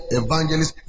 evangelist